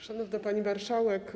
Szanowna Pani Marszałek!